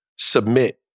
submit